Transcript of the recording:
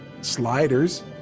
Sliders